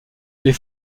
les